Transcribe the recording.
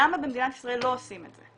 למה במדינת ישראל לא עושים את זה?